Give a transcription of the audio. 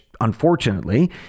unfortunately